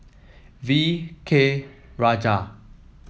V K Rajah